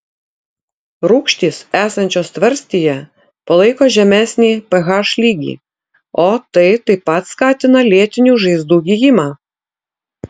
rūgštys esančios tvarstyje palaiko žemesnį ph lygį o tai taip pat skatina lėtinių žaizdų gijimą